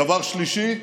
דבר שלישי,